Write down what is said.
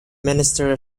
minister